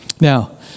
Now